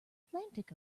atlantic